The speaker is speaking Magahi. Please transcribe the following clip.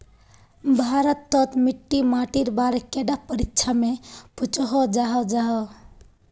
भारत तोत मिट्टी माटिर बारे कैडा परीक्षा में पुछोहो जाहा जाहा?